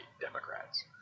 Democrats